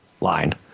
line